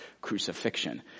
crucifixion